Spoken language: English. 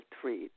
treat